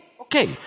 okay